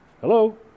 Hello